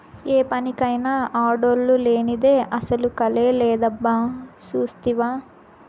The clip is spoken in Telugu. ఏ పనికైనా ఆడోల్లు లేనిదే అసల కళే లేదబ్బా సూస్తివా